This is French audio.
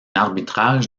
arbitrage